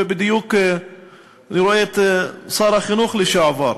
ובדיוק אני רואה את שר החינוך לשעבר.